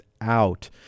out